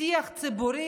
שיח ציבורי,